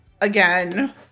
again